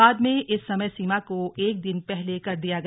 बाद में इस समय सीमा को एक दिन पहले कर दिया गया